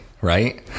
right